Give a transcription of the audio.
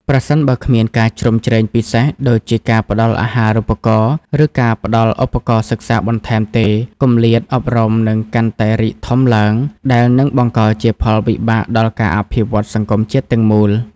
ប្រសិនបើគ្មានការជ្រោមជ្រែងពិសេសដូចជាការផ្តល់អាហារូបករណ៍ ឬការផ្តល់ឧបករណ៍សិក្សាបន្ថែមទេ គម្លាតអប់រំនឹងកាន់តែរីកធំឡើង ដែលនឹងបង្កជាផលវិបាកដល់ការអភិវឌ្ឍសង្គមជាតិទាំងមូល។